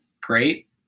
great